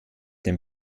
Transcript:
dem